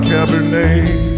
Cabernet